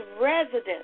resident